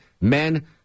men